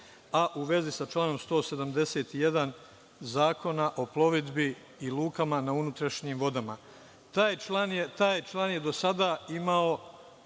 a u vezi sa članom 171. Zakona o plovidbi i lukama na unutrašnjim vodama. Taj član je do sada imao